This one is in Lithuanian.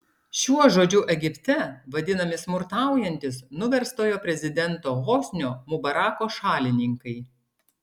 šiuo žodžiu egipte vadinami smurtaujantys nuverstojo prezidento hosnio mubarako šalininkai